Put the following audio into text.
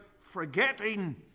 forgetting